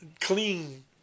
clean